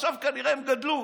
עכשיו כנראה הן גדלו.